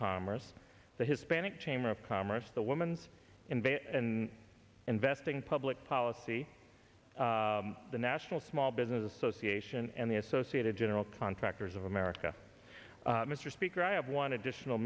commerce the hispanic chamber of commerce the women's invade and investing public policy the national small business association and the associated general contractors of america mr speaker i have one additional